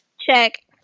Check